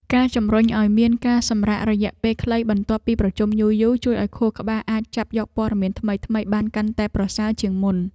ការជំរុញឱ្យមានការសម្រាករយៈពេលខ្លីបន្ទាប់ពីប្រជុំយូរៗ ជួយឱ្យខួរក្បាលអាចចាប់យកព័ត៌មានថ្មីៗបានកាន់តែប្រសើរជាងមុន។